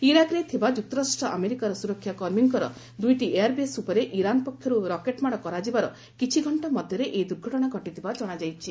ଇରାକରେ ଥିବା ଯୁକ୍ତରାଷ୍ଟ୍ର ଆମେରିକାର ସୁରକ୍ଷା କର୍ମୀଙ୍କର ଦୁଇଟି ଏୟାରବେସ୍ ଉପରେ ଇରାନ ପକ୍ଷରୁ ରକେଟ୍ମାଡ଼ କରାଯିବାର କିଛି ଘଣ୍ଟା ମଧ୍ୟରେ ଏହି ଦୁର୍ଘଟଣା ଘଟିଥିବା ଜଣାଯାଇଛି